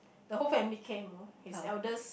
the whole family came oh he's eldest